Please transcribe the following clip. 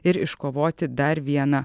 ir iškovoti dar vieną